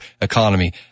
economy